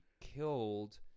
killed